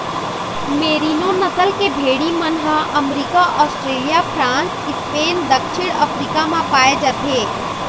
मेरिनों नसल के भेड़ी मन ह अमरिका, आस्ट्रेलिया, फ्रांस, स्पेन, दक्छिन अफ्रीका म पाए जाथे